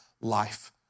life